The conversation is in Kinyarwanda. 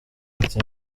ati